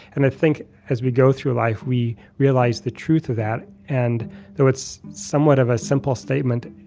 and i think as we go through life, we realize the truth of that. and though it's somewhat of a simple statement,